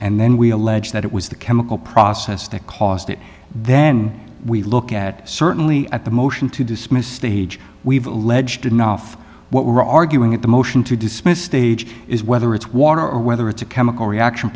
and then we allege that it was the chemical process that caused it then we look at certainly at the motion to dismiss stage we've alleged enough what we're arguing at the motion to dismiss stage is whether it's water or whether it's a chemical reaction